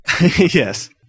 Yes